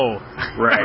Right